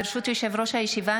ברשות יושב-ראש הישיבה,